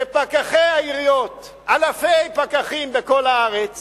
שפקחי העיריות, אלפי פקחים בכל הארץ